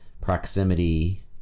proximity